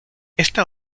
esta